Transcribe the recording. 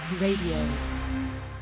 Radio